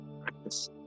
practice